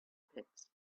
pits